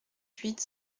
huit